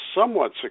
somewhat